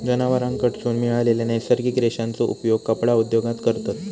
जनावरांकडसून मिळालेल्या नैसर्गिक रेशांचो उपयोग कपडा उद्योगात करतत